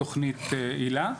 כמו תוכנית ׳הילה׳,